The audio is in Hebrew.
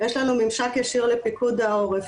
יש לנו ממשק ישיר עם פיקוד העורף.